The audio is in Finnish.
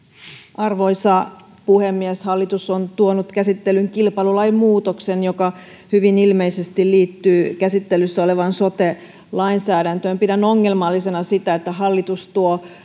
arvoisa puhemies hallitus on tuonut käsittelyyn kilpailulain muutoksen joka hyvin ilmeisesti liittyy käsittelyssä olevaan sote lainsäädäntöön pidän ongelmallisena sitä että hallitus tuo